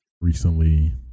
recently